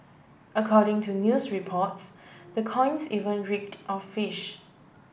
according to news reports the coins even reeked of fish